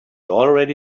already